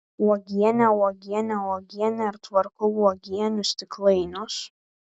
uogienė uogienė uogienė ir tvarkau uogienių stiklainius